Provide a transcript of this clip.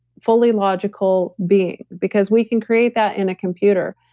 fully logical being. because we can create that in a computer.